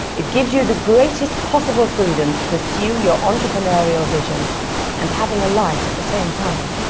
it gives you the greatest possible freedom to pursue your entrepreneurial vision and having a life at the same time.